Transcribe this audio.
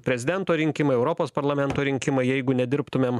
prezidento rinkimai europos parlamento rinkimai jeigu nedirbtumėm